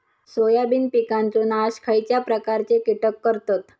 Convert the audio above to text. Soybean पिकांचो नाश खयच्या प्रकारचे कीटक करतत?